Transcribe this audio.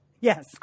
Yes